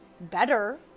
better